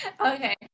Okay